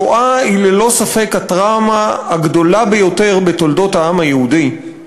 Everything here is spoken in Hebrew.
השואה היא ללא ספק הטראומה הגדולה ביותר בתולדות העם היהודי,